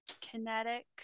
kinetic